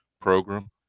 program